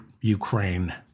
Ukraine